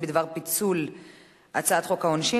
אני קובעת שהצעת חוק התגמולים לאסירי